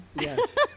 yes